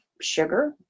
sugar